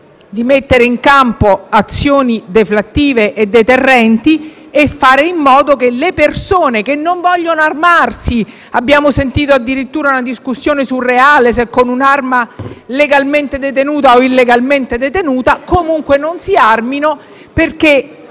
di mettere in campo azioni deflattive e deterrenti e permettere alle persone che non vogliono armarsi - abbiamo sentito addirittura una discussione surreale se con un arma legalmente o illegalmente detenuta - comunque di non farlo perché,